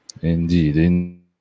Indeed